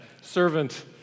servant